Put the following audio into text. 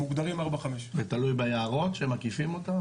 מוגדרים 4-5. זה תלוי ביערות שמקיפים אותם?